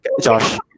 Josh